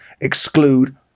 exclude